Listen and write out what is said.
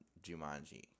jumanji